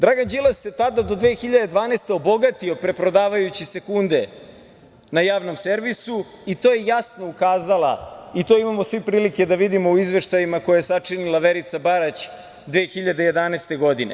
Dragan Đilas se tada, do 2012. godine, obogatio preprodavajući sekunde na javnom servisu i to je jasno ukazala i to imamo svi prilike da vidimo u izveštajima koje je sačinila Verica Barać 2011. godine.